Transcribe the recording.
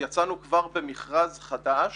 יצאנו כבר במכרז חדש